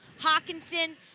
Hawkinson